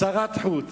שרת חוץ,